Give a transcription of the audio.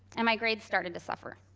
and my grades started to suffer.